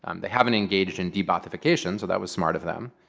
um they haven't engaged in de-ba'athification. so that was smart of them.